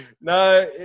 no